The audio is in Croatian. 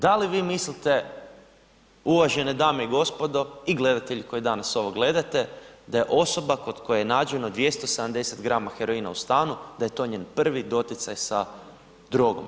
Da li vi mislite uvažene dame i gospodo i gledatelji koji danas ovo gledate, da je osoba kod koje je nađeno 270 grama heroina u stanu da je to njen prvi doticaj sa drogom.